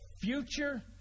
future